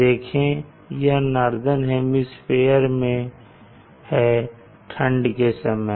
देखें यह northern hemisphere में है ठंड के समय